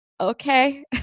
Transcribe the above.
okay